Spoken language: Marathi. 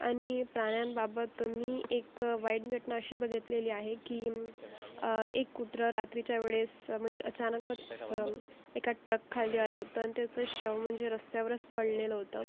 आणि प्राण्यांबाबत मी एक वाईट घटना अशी बघितलेली आहे की एक कुत्रं रात्रीच्या वेळेस म्हणजे अचानकच एका ट्रकखाली आलं होतं आणि त्याचं शव म्हणजे रस्त्यावरच पडलेलं होतं